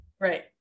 Right